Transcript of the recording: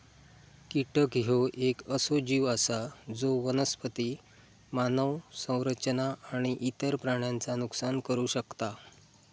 कीटक ह्यो येक असो जीव आसा जो वनस्पती, मानव संरचना आणि इतर प्राण्यांचा नुकसान करू शकता